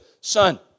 Son